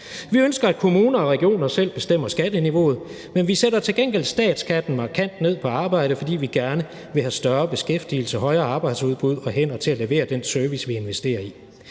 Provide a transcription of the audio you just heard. Vi ønsker, at kommunerne og regionerne selv bestemmer skatteniveauet, men vi sætter til gengæld statsskatten markant ned på arbejde, fordi vi gerne vil have større beskæftigelse og et højere arbejdsudbud og hænder til at levere den service, vi investerer i.